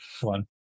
one